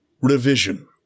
revision